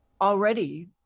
already